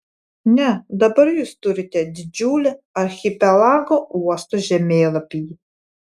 ne dabar jūs turite didžiulį archipelago uostų žemėlapį